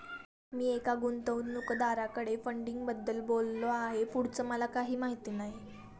मी एका गुंतवणूकदाराकडे फंडिंगबद्दल बोललो आहे, पुढचं मला काही माहित नाही